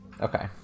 Okay